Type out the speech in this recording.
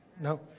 No